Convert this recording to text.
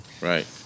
Right